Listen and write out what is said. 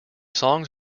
songs